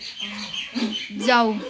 जाऊ